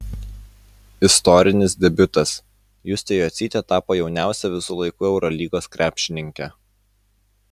istorinis debiutas justė jocytė tapo jauniausia visų laikų eurolygos krepšininke